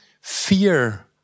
fear